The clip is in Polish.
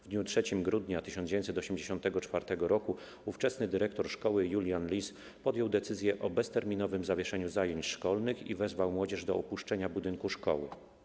W dniu 3 grudnia 1984 r. ówczesny dyrektor szkoły Julian Lis podjął decyzję o bezterminowym zawieszeniu zajęć szkolnych i wezwał młodzież do opuszczenia budynku szkoły.